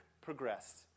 progressed